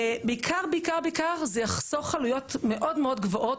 בעיקר זה יחסוך עלויות מאוד גבוהות,